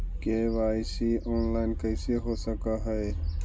KYC online कैसे हो सक है?